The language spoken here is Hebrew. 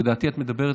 לדעתי את מדברת,